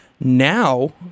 now